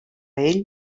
ell